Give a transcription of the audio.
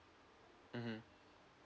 mmhmm